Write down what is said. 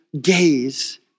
gaze